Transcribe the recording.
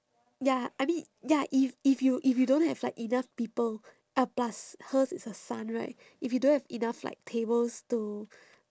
ya I mean ya if if you if you don't have like enough people ah plus hers is her son right if you don't have enough like tables to